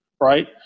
right